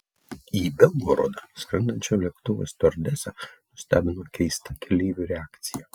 į belgorodą skrendančio lėktuvo stiuardesę nustebino keista keleivių reakcija